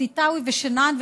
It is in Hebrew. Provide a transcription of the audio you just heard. סתאוי ושנאן,